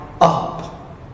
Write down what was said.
up